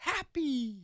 Happy